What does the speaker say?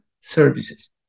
services